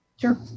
Sure